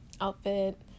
outfit